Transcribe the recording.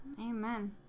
Amen